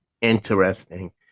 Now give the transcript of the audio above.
interesting